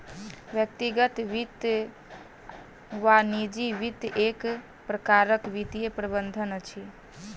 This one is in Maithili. व्यक्तिगत वित्त वा निजी वित्त एक प्रकारक वित्तीय प्रबंधन अछि